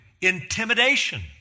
Intimidation